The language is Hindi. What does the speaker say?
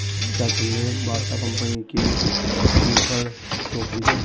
क्या तुमने बाटा कंपनी के प्रिफर्ड स्टॉक खरीदे?